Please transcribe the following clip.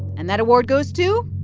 and that award goes to.